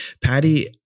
Patty